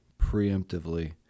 preemptively